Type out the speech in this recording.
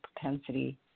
propensity